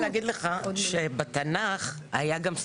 ודאי, כי חובת הגיוס חלה עליהם.